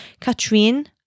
Katrine